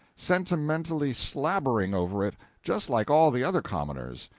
sentimentally slabbering over it, just like all the other commoners.